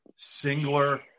Singler